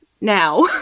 now